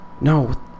no